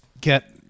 get